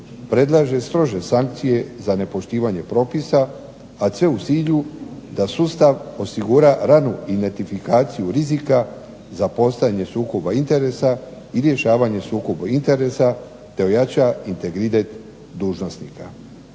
predlaže strože sankcije za nepoštivanje propisa, a sve u cilju da sustav osigura ranu identifikaciju rizika za postojanje sukoba interesa i rješavanje sukoba interesa te ojača integritet dužnosnika.